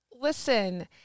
listen